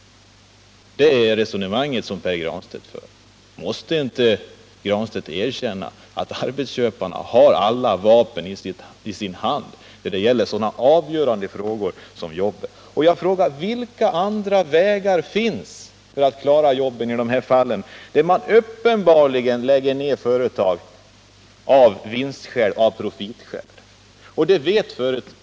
Det är Pär Granstedts resonemang. Men måste han inte erkänna att arbetsköparna har alla vapen i sin hand när det gäller en så avgörande fråga som jobben? Vilka andra vägar finns att klara jobben i de här fallen, där man uppenbarligen lägger ner företag av profitskäl?